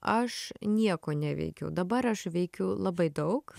aš nieko neveikiau dabar aš veikiu labai daug